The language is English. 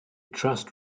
trust